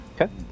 Okay